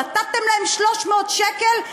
נתתם להם 300 שקל,